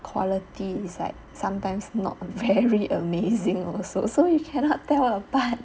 quality is like sometimes not very amazing also so you cannot tell apart